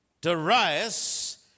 Darius